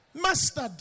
mustard